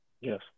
Yes